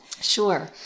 Sure